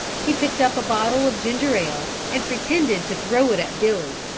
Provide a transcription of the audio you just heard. he picked up a bottle of ginger-ale and pretended to throw it at billy,